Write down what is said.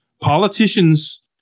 Politicians